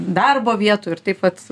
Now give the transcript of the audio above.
darbo vietų ir taip vat